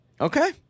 Okay